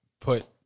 put